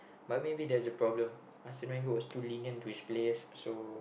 but maybe that's the problem Arsene-Wenger was too lenient to his players so